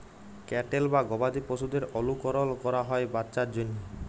cattle বা গবাদি পশুদের অলুকরল ক্যরা হ্যয় বাচ্চার জ্যনহে